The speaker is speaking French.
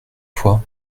fois